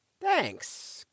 Thanks